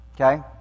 Okay